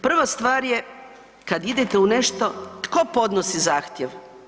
Prva stvar je kad idete u nešto, tko podnosi zahtjev?